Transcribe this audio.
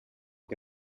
que